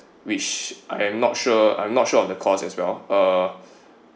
which I'm not sure I'm not sure of the cause as well uh